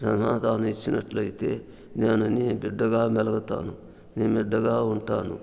సమాధానం ఇచ్చినట్లయితే నేను నీ బిడ్డగా మెలుగుతాను నీ బిడ్డగా ఉంటాను